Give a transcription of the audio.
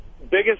biggest